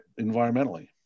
environmentally